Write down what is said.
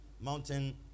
Mountain